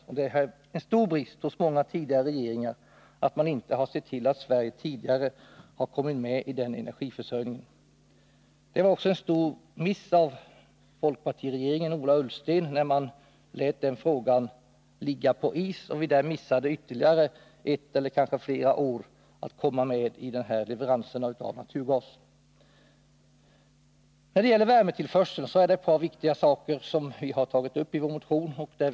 Det har varit en stor brist hos tidigare regeringar att man inte sett till att Sverige kommit med i denna energiförsörjning. Det var också en stor miss av folkpartiregeringen att den lät frågan ligga på is. Därigenom förlorade vi ytterligare ett eller kanske flera år när det gällde att få leveranser av naturgas. När det gäller värmetillförseln har vi i vår motion tagit upp ett par viktiga saker.